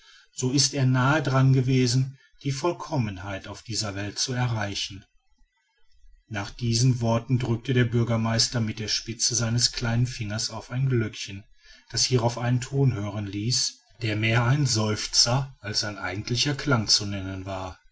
so ist er nahe daran gewesen die vollkommenheit auf dieser welt zu erreichen nach diesen worten drückte der bürgermeister mit der spitze seines kleinen fingers auf ein glöckchen das hierauf einen ton hören ließ der mehr ein seufzer als ein eigentlicher klang zu nennen war